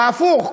בהפוך,